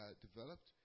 developed